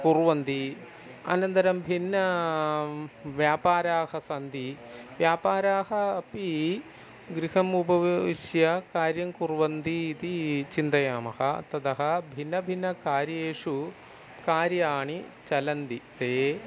कुर्वन्ति अनन्तरं भिन्नव्यापाराः सन्ति व्यापाराः अपि गृहम् उपविश्य कार्यं कुर्वन्ति इति चिन्तयामः ततः भिन्नभिन्नकार्येषु कार्याणि चलन्ति तानि